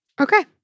Okay